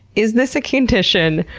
is this a condition?